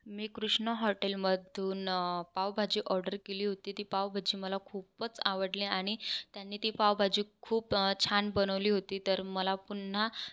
मी कृष्णा हॉटेलमधून पावभाजी ऑर्डर केली होती ती पावभाजी मला खूपच आवडली आणि त्यांनी ती पावभाजी खूप छान बनवली होती तर मला पुन्हा